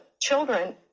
children